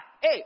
Hey